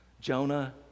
Jonah